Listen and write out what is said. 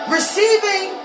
Receiving